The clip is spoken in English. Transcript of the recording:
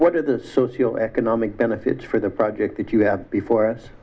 what are the socio economic benefits for the project that you have before us